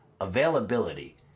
availability